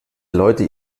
leute